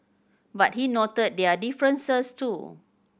but he noted their differences too